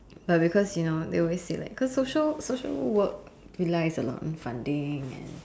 but because you know they always say like cause social social work to life is a lot on funding and